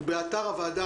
הוא באתר הוועדה.